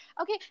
Okay